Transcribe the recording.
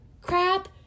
crap